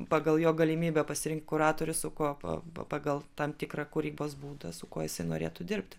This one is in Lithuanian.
pagal jo galimybę pasirinkti kuratorius su kuo pa pagal tam tikrą kūrybos būdą su kuo jisai norėtų dirbti